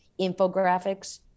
infographics